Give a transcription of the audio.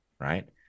right